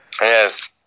Yes